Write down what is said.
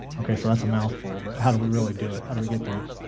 okay, so that's a mouthful, but how do we really do it? how do we get there?